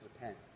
repent